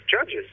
judges